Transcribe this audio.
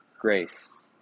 grace